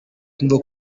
kumva